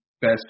best